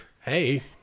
Hey